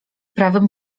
prawym